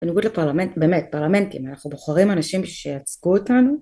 בניגוד לפרלמנט באמת פרלמנטים אנחנו בוחרים אנשים שיצגו אותנו